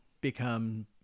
become